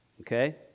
okay